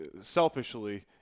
selfishly